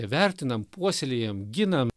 vertinam puoselėjam ginam